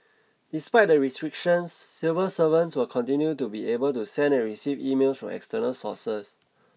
despite the restrictions civil servants will continue to be able to send and receive email from external sources